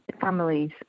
families